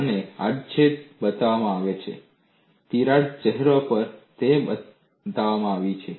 અને આડછેદ બતાવવામાં આવે છે તિરાડ ચહેરા પર તે બતાવવામાં આવે છે